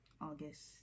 August